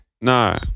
No